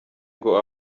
ngo